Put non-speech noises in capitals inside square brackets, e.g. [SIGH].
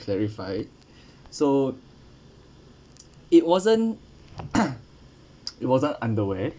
clarify so it wasn't [COUGHS] it wasn't underwear